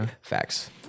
facts